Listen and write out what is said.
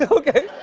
ah okay.